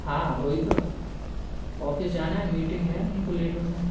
हाँ वो ही तो ऑफिस जाना है मीटिंग है नहीं तो लेट हो जाए